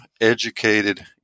educated